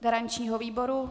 Garančního výboru?